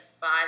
five